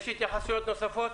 האם יש התייחסויות נוספות?